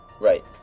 Right